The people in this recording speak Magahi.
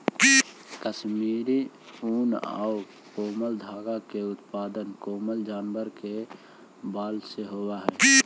कश्मीरी ऊन आउ कोमल धागा के उत्पादन कोमल जानवर के बाल से होवऽ हइ